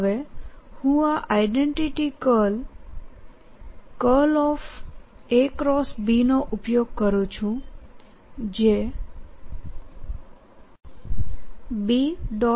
હવેહુંઆ identity curl નો ઉપયોગ કરું છું જે B